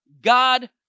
God